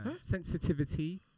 sensitivity